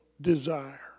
desire